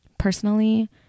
personally